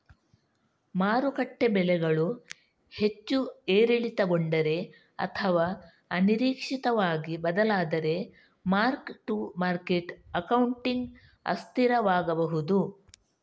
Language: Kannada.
ಮಾರುಕಟ್ಟೆ ಬೆಲೆಗಳು ಹೆಚ್ಚು ಏರಿಳಿತಗೊಂಡರೆ ಅಥವಾ ಅನಿರೀಕ್ಷಿತವಾಗಿ ಬದಲಾದರೆ ಮಾರ್ಕ್ ಟು ಮಾರ್ಕೆಟ್ ಅಕೌಂಟಿಂಗ್ ಅಸ್ಥಿರವಾಗಬಹುದು